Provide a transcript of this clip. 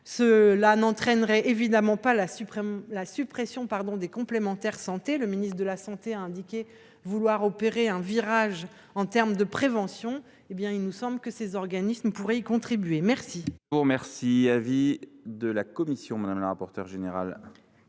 Cela n’entraînerait évidemment pas la suppression des complémentaires santé. Le ministre de la santé a indiqué vouloir opérer un virage en termes de prévention ; il nous semble que ces organismes pourraient y contribuer. Quel